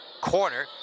corner